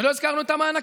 ולא הזכרנו את המענקים.